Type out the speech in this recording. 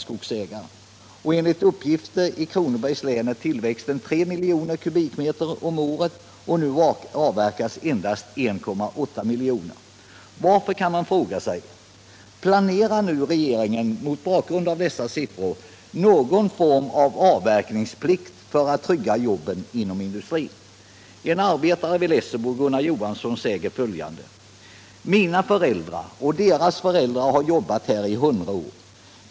Enligt uppgift är tillväxten i Kronobergs län 3 miljoner kubikmeter om året, medan avverkningen f. n. endast uppgår till 1,8 miljoner kubikmeter. Varför, kan man fråga sig. Planerar nu regeringen mot bakgrunden av dessa siffror någon form av avverkningsplikt för att man skall kunna trygga jobben inom industrin? En arbetare vid Lessebo, Gunnar Johansson, säger följande: ”Mina föräldrar och deras föräldrar har jobbat här i 100 år.